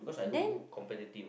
then